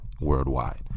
worldwide